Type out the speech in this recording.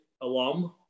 alum